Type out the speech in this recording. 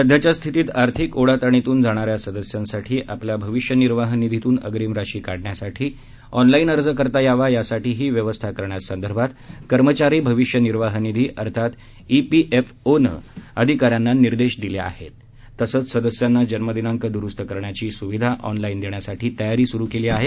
सध्याच्या स्थितीत आर्थिक ओढाताणीतून जाणाऱ्या सदस्यांसाठी आपल्या भविष्य निर्वाह निधीतून अग्रिम राशी काढण्यासाठी ऑनलाईन अर्ज करता यावा यासाठीही व्यवस्था करण्यासंदर्भात कर्मचारी भविष्य निर्वाह निधी अर्थात ईपीएफओनं अधिकाऱ्यांना निर्देश दिले आहेत तसेच सदस्यांना जन्मदिनांक दुरुस्त करण्याची सुविधा ऑनला ि देण्यासाठी तयारी सुरू केली आहे